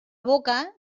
boca